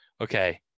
Okay